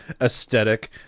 aesthetic